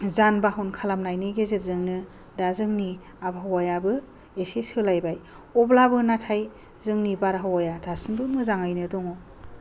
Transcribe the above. जान बाहन खालामनायनि गेजेरजोंनो दा जोंनि आबहावायाबो इसे सोलायबाय अब्लाबो नाथाय जोंनि बारहावाया दासिमबो मोजाङैनो दङ